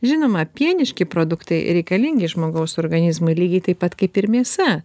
žinoma pieniški produktai reikalingi žmogaus organizmui lygiai taip pat kaip ir mėsa